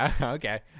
Okay